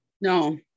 No